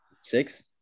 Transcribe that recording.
six